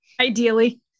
ideally